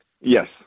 Yes